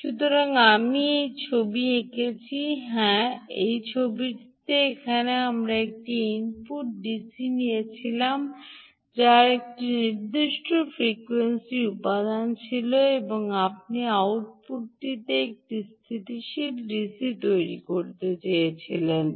সুতরাং আমি একটি ছবি এঁকেছি হ্যাঁ এই ছবিটি এখানে আমরা একটি ইনপুট ডিসি নিয়েছিলাম যার একটি নির্দিষ্ট ফ্রিকোয়েন্সি উপাদান ছিল এবং আপনি আউটপুটটিতে একটি স্থিতিশীল ডিসি তৈরি করতে চেয়েছিলেন